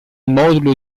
modulo